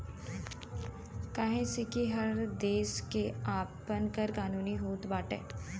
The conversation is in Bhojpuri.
काहे से कि हर देस के आपन कर कानून होत बाटे